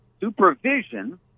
supervision